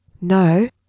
No